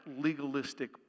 legalistic